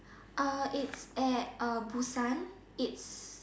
it's at Busan it's